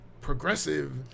progressive